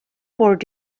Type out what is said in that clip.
port